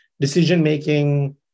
decision-making